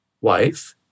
wife